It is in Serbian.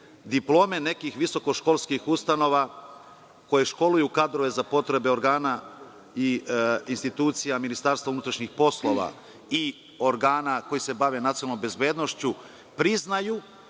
diplome nekih visokoškolskih ustanova koje školuju kadrove za potrebe organa i institucija Ministarstva unutrašnjih poslova i organa koji se bave nacionalnom bezbednošću priznaju